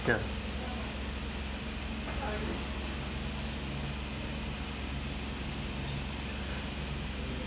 ya